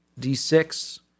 D6